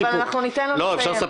לא, אבל אני מנהלת.